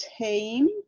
team